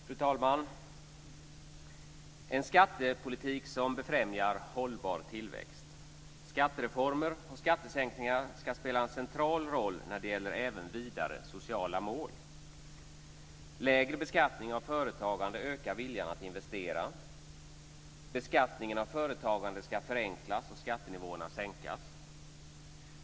Fru talman! En skattepolitik som befrämjar hållbar tillväxt: Skattereformer och skattesänkningar kan spela en central roll när det gäller även vidare sociala mål. · Lägre beskattning av företagande ökar viljan att investera. · Beskattningen av företagande ska förenklas och skattenivåerna sänkas.